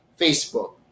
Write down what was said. Facebook